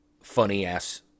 funny-ass